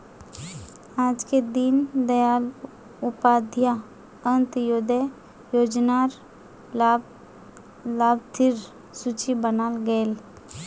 आजके दीन दयाल उपाध्याय अंत्योदय योजना र लाभार्थिर सूची बनाल गयेल